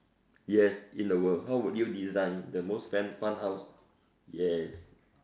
yes in the world how would you design the most fun fun house yes